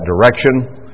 direction